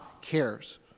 cares